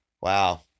Wow